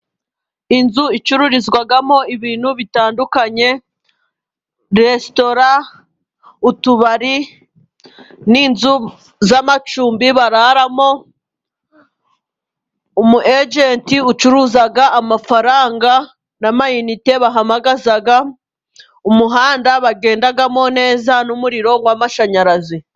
Inzu icururizwamo, ibintu bitandukanye: resitora, utubari, n'inzu z'amacumbi bararamo, umu ejenti ucuruza amafaranga n'ama inite bahamagaza, umuhanda bagendamo neza, n'umuriro w'amashanyarazi.